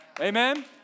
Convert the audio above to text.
Amen